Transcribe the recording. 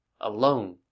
alone